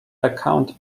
account